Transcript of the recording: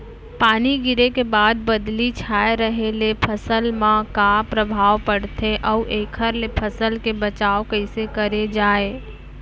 पानी गिरे के बाद बदली छाये रहे ले फसल मा का प्रभाव पड़थे अऊ एखर ले फसल के बचाव कइसे करे जाये?